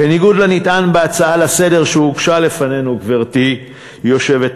בניגוד לנטען בהצעה לסדר-היום שהוגשה לפנינו,